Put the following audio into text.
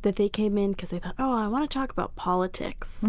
they came in because they thought, oh, i want to talk about politics